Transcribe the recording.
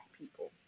people